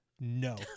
no